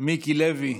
מיקי לוי,